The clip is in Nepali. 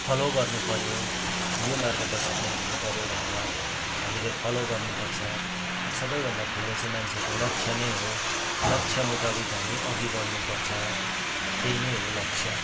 फलो गर्नुपऱ्यो यो मार्गदर्शनमा हिँड्नुपऱ्यो भनेर हामीले फलो गर्नुपर्छ अनि सबैभन्दा ठुलो चाहिँ मान्छेको लक्ष्य नै हो लक्ष्य मुताबिक हामी अघि बढ्नुपर्छ त्यही नै हो लक्ष्य